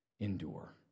endure